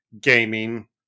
gaming